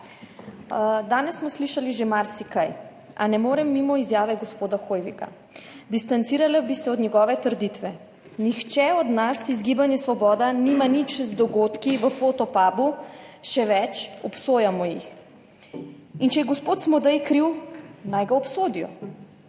Danes smo slišali že marsikaj, a ne morem mimo izjave gospoda Hoivika, distancirala bi se od njegove trditve. Nihče od nas izogibanje, Svoboda nima nič z dogodki v Fotopubu. Še več, obsojamo jih. In če je gospod Smodej kriv, naj ga obsodijo.